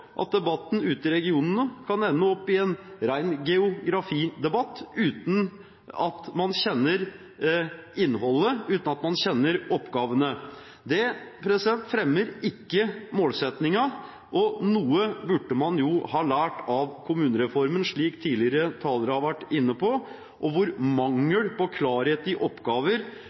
at debatten ute i regionene kan ende opp i en ren geografidebatt uten at man kjenner innholdet, uten at man kjenner oppgavene. Det fremmer ikke målsettingen. Noe burde man jo ha lært av kommunereformen, slik tidligere talere har vært inne på, der mangel på klarhet i oppgaver